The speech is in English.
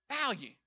Value